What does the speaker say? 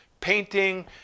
painting